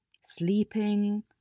sleeping